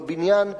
בבניין,